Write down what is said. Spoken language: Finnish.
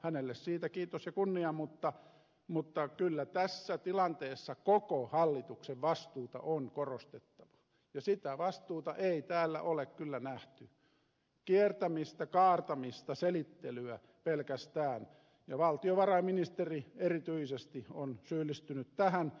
hänelle siitä kiitos ja kunnia mutta kyllä tässä tilanteessa koko hallituksen vastuuta on korostettava ja sitä vastuuta ei täällä ole kyllä nähty vaan kiertämistä kaartamista selittelyä pelkästään ja valtiovarainministeri erityisesti on syyllistynyt tähän